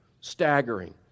staggering